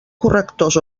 correctors